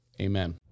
Amen